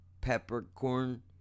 peppercorn